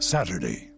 Saturday